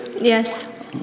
Yes